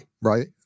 Right